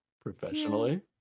professionally